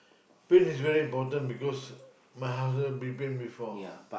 paint is very important because my houses been paint before